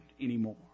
anymore